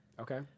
Okay